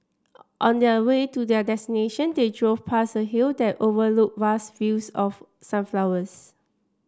on their way to their destination they drove past a hill that overlooked vast fields of sunflowers